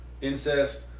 incest